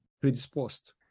predisposed